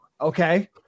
okay